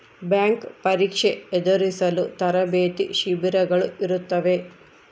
bank ಪರೀಕ್ಷೆ ಎದುರಿಸಲು ತರಬೇತಿ ಶಿಬಿರಗಳು ಇರುತ್ತವೆ